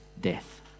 death